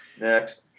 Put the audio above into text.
Next